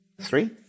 Three